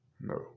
no